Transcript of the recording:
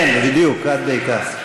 כן, בדיוק, עד כדי כך.